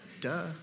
duh